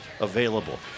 available